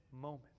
moment